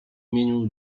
imieniu